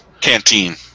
Canteen